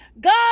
God